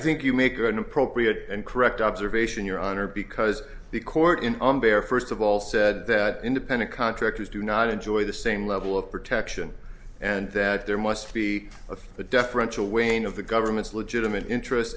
think you make a good appropriate and correct observation your honor because the court in on bare first of all said that independent contractors do not enjoy the same level of protection and that there must be a deferential wain of the government's legitimate interest